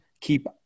keep